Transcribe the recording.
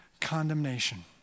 condemnation